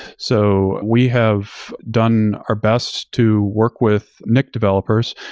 so we have done our best to work with nic developers,